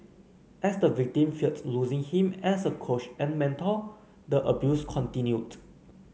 as the victim feared losing him as a coach and mentor the abuse continued